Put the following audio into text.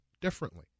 differently